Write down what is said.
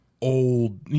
old